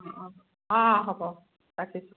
অঁ অঁ অঁ হ'ব ৰাখিছোঁ